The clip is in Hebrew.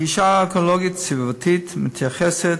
הגישה האקולוגית-סביבתית מתייחסת